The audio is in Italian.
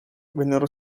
vennero